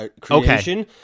Creation